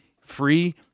free